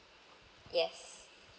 yes